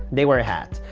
they wear a hat.